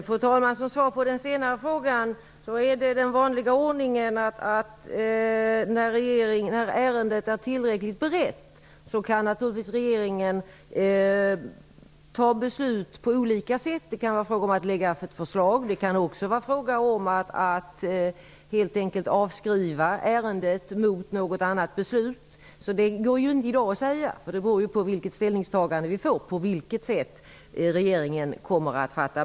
Fru talman! Som svar på den senare frågan kan jag säga att den vanliga ordningen gäller. När ärendet är tillräckligt berett kan regeringen naturligtvis fatta beslut på olika sätt. Det kan vara fråga om att lägga fram ett förslag. Det kan också vara fråga om att helt enkelt avskriva ärendet mot något annat beslut. Det går i dag inte att säga. Vilket sätt regeringen kommer att fatta beslut på beror på vilket ställningstagande vi får.